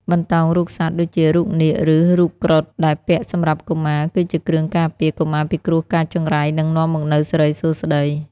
បន្តោងរូបសត្វ ដូចជា រូបនាគ ឬ រូបគ្រុឌ ដែលពាក់សម្រាប់កុមារគឺជាគ្រឿងការពារ កុមារពីគ្រោះកាចចង្រៃ និងនាំមកនូវសិរីសួស្តី។